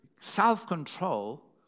Self-control